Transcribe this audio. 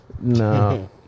No